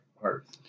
parts